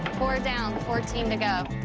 four down fourteen to go